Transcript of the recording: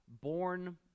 born